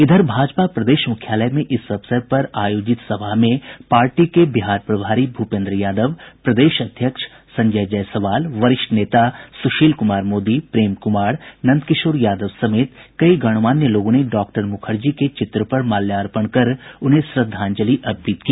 इधर भाजपा प्रदेश मुख्यालय में इस अवसर पर आयोजित श्रद्धांजलि सभा में पार्टी के बिहार प्रभारी भूपेन्द्र यादव प्रदेश अध्यक्ष संजय जायसवाल वरिष्ठ नेता सुशील कुमार मोदी प्रेम कुमार नंद किशोर यादव समेत कई गणमान्य लोगों ने डॉक्टर मुखर्जी के चित्र पर माल्यार्पण कर उन्हें श्रद्धांजलि अर्पित की